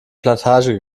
plantage